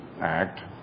act